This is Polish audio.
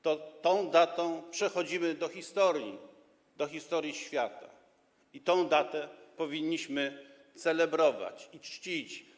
To tą datą przechodzimy do historii, historii świata, i tę datę powinniśmy celebrować i czcić.